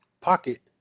pocket